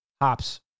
Hops